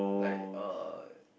like uh